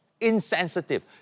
insensitive